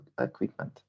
equipment